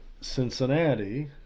Cincinnati